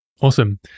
Awesome